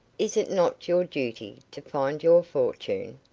is it not your duty to find your fortune?